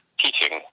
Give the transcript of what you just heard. teaching